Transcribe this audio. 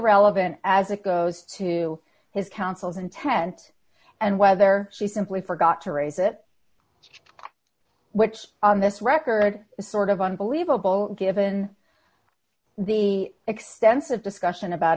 relevant as it goes to his counsel's intent and whether she simply forgot to raise it which on this record is sort of unbelievable given the extensive discussion about